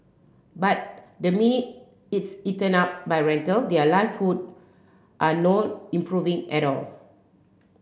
but the minute it's eaten up by rental their livelihood are not improving at all